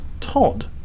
Todd